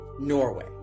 Norway